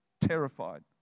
terrified